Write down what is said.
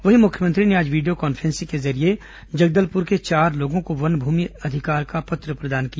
वहीं मुख्यमंत्री ने आज वीडियो कॉन्फ्रेंसिंग के जरिये जगदलपुर के चार लोगों को वन भूमि का अधिकार पत्र प्रदान किया